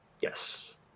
yes